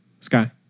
Sky